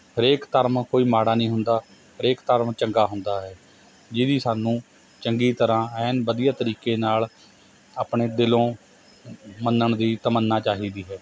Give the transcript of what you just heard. ਹਰੇਕ ਧਰਮ ਕੋਈ ਮਾੜਾ ਨਹੀਂ ਹੁੰਦਾ ਹਰੇਕ ਧਰਮ ਚੰਗਾ ਹੁੰਦਾ ਹੈ ਜਿਹਦੀ ਸਾਨੂੰ ਚੰਗੀ ਤਰ੍ਹਾਂ ਐਨ ਵਧੀਆ ਤਰੀਕੇ ਨਾਲ਼ ਆਪਣੇ ਦਿਲੋਂ ਮੰਨਣ ਦੀ ਤਮੰਨਾ ਚਾਹੀਦੀ ਹੈ